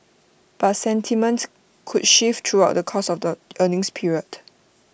but sentiments could shift throughout the course of the earnings period